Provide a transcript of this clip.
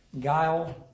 guile